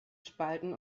spalten